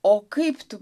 o kaip tu